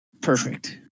Perfect